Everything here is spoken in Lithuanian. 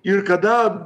ir kada